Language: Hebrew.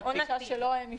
יש לי תחושה שלא הם ישבו.